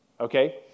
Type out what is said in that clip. okay